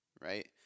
right